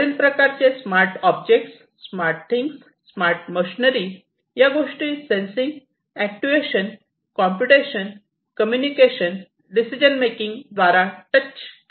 वरील प्रकारचे smart object smart things smart machinery या गोष्टी sensing actuation computation communication decision making द्वारा टच केले जाणार आहे